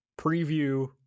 preview